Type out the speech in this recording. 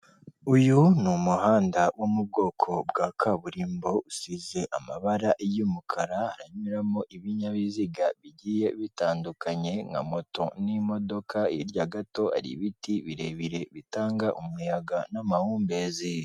Uyu umuhanda wo mu bwoko bwa kaburimbo usize amabara y'umukara, haranyuramo ibinyabiziga bigiye bitandukanye nka moto n'imodoka, hirya gato hari ibiti birebire bitanga umuyaga n'amahumbezi.